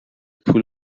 پول